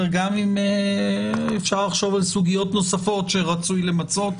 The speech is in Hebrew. גם אם אפשר לחשוב על סוגיות נוספות שרצוי למצות,